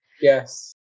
Yes